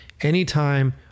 anytime